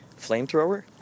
Flamethrower